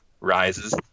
rises